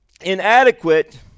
inadequate